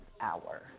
hour